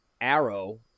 Arrow